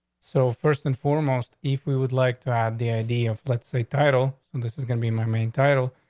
so first and foremost, if we would like to add the idea of let's say title, and this is gonna be my main title.